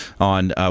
on